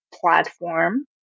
platform